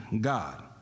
God